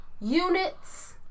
units